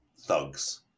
thugs